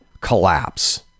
collapse